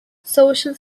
social